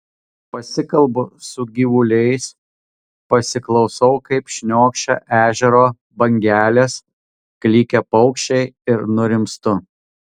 pasikalbu su gyvuliais pasiklausau kaip šniokščia ežero bangelės klykia paukščiai ir nurimstu